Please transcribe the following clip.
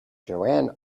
joanne